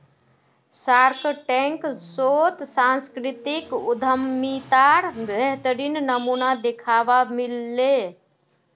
Shark Tank शोत सांस्कृतिक उद्यमितार बेहतरीन नमूना दखवा मिल ले